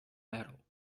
metal